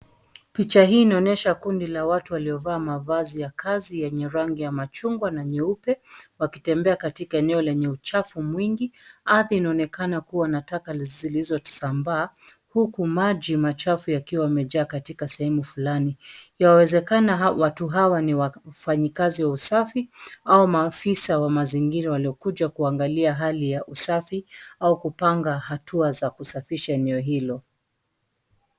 Picha hii inaonyesha kundi la watu waliovaa mavazi ya kazi yenye rangi ya machungwa na nyeupe wakitembea katika eneo lenye uchafu mwingi. Ardhi inaonekana kuwa na taka zilizotusambaa huku maji machafu yakiwa yamejaa katika sehemu fulani. Yawezekana watu hawa ni wafanyikazi wa usafi au maafisa wa mazingira waliokuja kuangalia hali ya usafi au kupanga hatua za kusafisha eneo hilo.